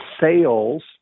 sales